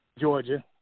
Georgia